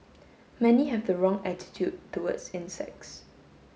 many have the wrong attitude towards insects